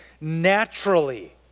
naturally